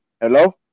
Hello